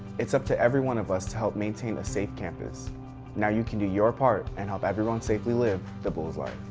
it's up to every one of us to help maintain a safe campus now you can do your part and help everyone safely live the bulls life.